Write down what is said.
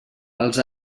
als